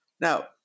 Now